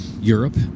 Europe